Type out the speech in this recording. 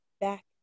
back